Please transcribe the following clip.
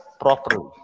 properly